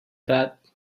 that